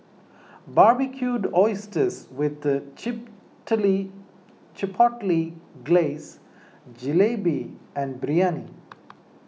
Barbecued Oysters with the Chipotle Glaze Jalebi and Biryani